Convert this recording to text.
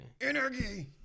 Energy